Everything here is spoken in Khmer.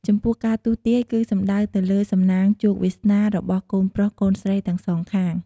ចំពោះការទស្សន៍ទាយគឺសំដៅទៅលើសំណាងជោគវាសនារបស់កូនប្រុសកូនស្រីទាំងសងខាង។